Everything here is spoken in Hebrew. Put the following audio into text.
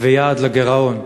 ויעד לגירעון,